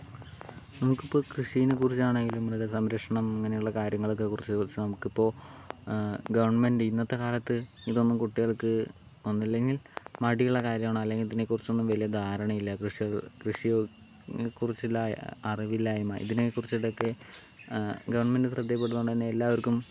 നമുക്കിപ്പം കൃഷീനെക്കുറിച്ചാണെങ്കിലും മൃഗസംരക്ഷണം അങ്ങനെയുള്ള കാര്യങ്ങളൊക്കെ കുറിച്ച് നമുക്കിപ്പോൾ ഗവൺമെന്റ് ഇന്നത്തെ കാലത്ത് ഇതൊന്നും കുട്ടികൾക്ക് ഒന്നില്ലെങ്കിൽ മടിയുള്ള കാര്യമാണ് അല്ലെങ്കിൽ ഇതിനെക്കുറിച്ചൊന്നും വല്യ ധാരണ ഇല്ല കൃഷ കൃഷീനെ കുറിച്ചുള്ള അറിവില്ലായ്മ ഇതിനേക്കുറിച്ചിട്ടൊക്കെ ഗവണ്മെന്റ് ശ്രദ്ധയിൽപ്പെടുന്നതുകൊണ്ട് തന്നെ എല്ലാവർക്കും